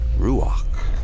ruach